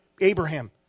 Abraham